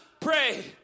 pray